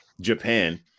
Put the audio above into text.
Japan